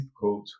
code